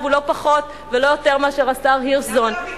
הוא לא פחות ולא יותר מאשר השר הירשזון,